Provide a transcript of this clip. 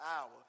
hour